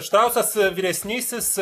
štrausas vyresnysis